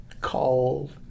called